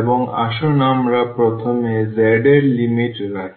এবং আসুন আমরা প্রথমে z এর লিমিট রাখি